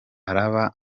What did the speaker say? araba